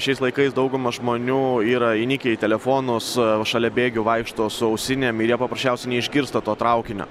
šiais laikais dauguma žmonių yra įnikę į telefonus šalia bėgių vaikšto su ausinėm ir jie paprasčiausiai neišgirsta to traukinio